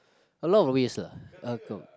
a long of ways ah